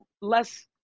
less